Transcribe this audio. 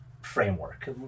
framework